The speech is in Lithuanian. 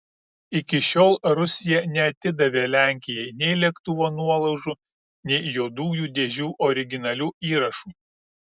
iki šiol rusija neatidavė lenkijai nei lėktuvo nuolaužų nei juodųjų dėžių originalių įrašų